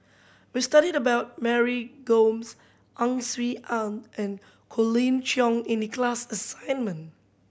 we studied about Mary Gomes Ang Swee Aun and Colin Cheong in the class assignment